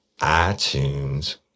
iTunes